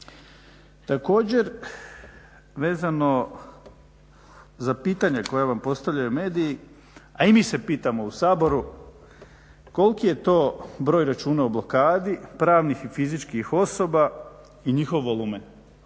Također, vezano za pitanja koja vam postavljaju mediji, a i mi se pitamo u Saboru, koliki je to broj računa u blokadi, pravnih i fizičkih osoba i njihov volumen?